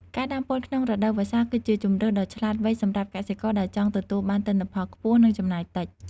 ការដាំពោតក្នុងរដូវវស្សា គឺជាជម្រើសដ៏ឆ្លាតវៃសម្រាប់កសិករដែលចង់ទទួលបានទិន្នផលខ្ពស់ និងចំណាយតិច។